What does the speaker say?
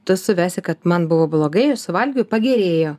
tu suvesi kad man buvo blogai aš suvalgiau pagerėjo